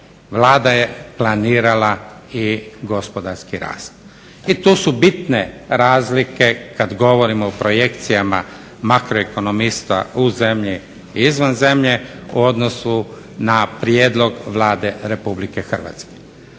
Vlada je planirala i gospodarski rast. I tu su bitne razlike kada govorimo o projekcijama makroekonomista u zemlji i izvan zemlje u odnosu na prijedlog Vlade RH. Prema tome,